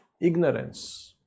ignorance